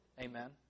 Amen